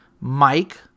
Mike